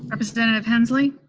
representative hensley?